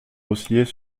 oscillait